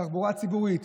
תחבורה ציבורית,